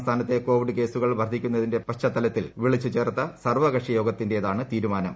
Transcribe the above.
സംസ്ഥാനത്തെ കോവിഡ് കേസുകൾ വർധിക്കുന്നതിന്റെ പശ്ചാത്തലത്തിൽ വിളിച്ചുചേർത്ത സർകക്ഷിയോഗത്തിന്റേതാണ് തീരുമാനം